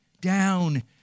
down